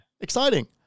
Exciting